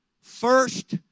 first